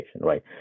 right